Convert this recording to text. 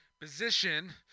position